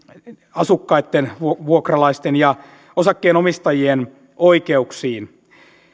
asukkaitten vuokralaisten ja osakkeenomistajien oikeuksiin